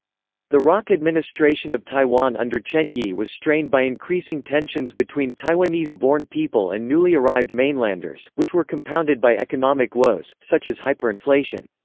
the roc administration of taiwan under chen yi was strained by increasing tensions between taiwanese-born people and newly arrived mainlanders, which were compounded by economic woes, such as hyperinflation.